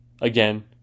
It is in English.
again